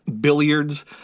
billiards